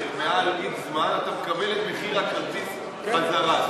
מעל x זמן אתה מקבל את מחיר הכרטיס חזרה.